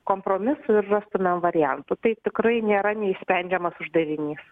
kompromisų ir rastumėm variantų tai tikrai nėra neišsprendžiamas uždavinys